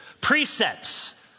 Precepts